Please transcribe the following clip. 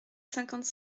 cinquante